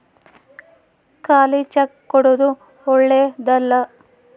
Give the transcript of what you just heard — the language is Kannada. ಖಾಲಿ ಚೆಕ್ ಕೊಡೊದು ಓಳ್ಳೆದಲ್ಲ